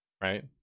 right